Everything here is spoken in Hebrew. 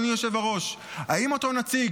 אדוני היושב-ראש: האם אותו נציג,